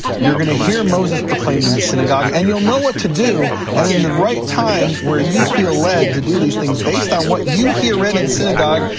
you're gonna hear moses proclaimed in the synagogue, and you'll know what to do and in the right time where you feel led to do these things based on what you hear read in the synagogue,